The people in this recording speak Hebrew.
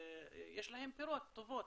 יש לה פירות טובים,